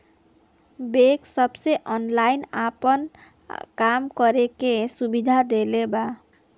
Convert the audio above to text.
bank सबके online आपन काम करे के सुविधा देले बा